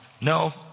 no